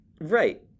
Right